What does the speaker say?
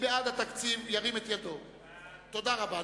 תודה רבה.